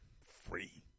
free